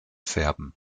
färben